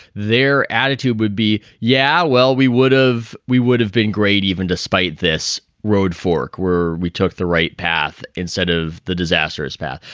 their attitude would be, yeah, well, we would have we would have been great even despite this road fork where we took the right path instead of the disastrous path.